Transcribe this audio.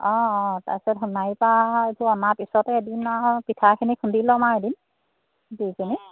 অঁ অঁ তাৰপিছত সোণাৰি পৰা এইটো অনাৰ পিছতে এদিন আৰু পিঠাখিনি খুন্দি ল'ম আৰু এদিন দুইজনীয়ে